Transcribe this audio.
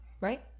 right